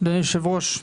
היושב ראש,